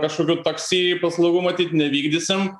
kažkokių taksi paslaugų matyt nevykdysim